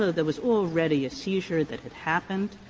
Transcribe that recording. there was already a seizure that had happened,